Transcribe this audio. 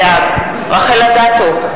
בעד רחל אדטו,